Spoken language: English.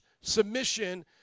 submission